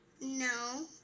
no